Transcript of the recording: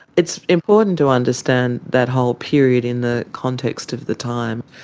it's important to understand that whole period in the context of the time.